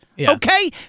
okay